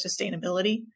sustainability